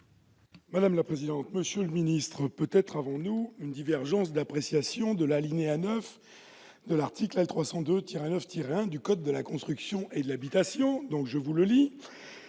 n° 666 rectifié . Monsieur le ministre, peut-être avons-nous une divergence d'appréciation sur l'alinéa 9 de l'article L. 302-9-1 du code de la construction et de l'habitation.